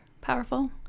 powerful